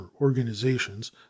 organizations